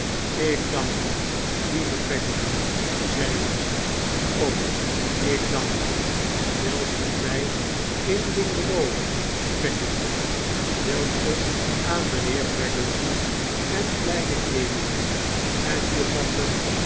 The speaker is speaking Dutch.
ik dank u lieve peggotty zei ik ik dank u wilt gij mij een ding beloven peggotty wilt ge aan mijnheer peggotty en kleine emily en juffrouw